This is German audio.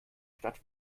stadt